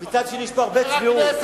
מצד שני יש פה הרבה צביעות.